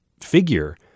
figure